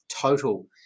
total